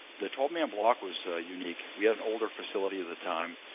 the twelve man block was unique. we had an older facility at the time.